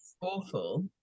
Awful